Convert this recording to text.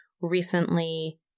recently